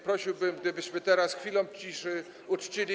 Prosiłbym, żebyśmy teraz chwilą ciszy uczcili.